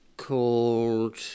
called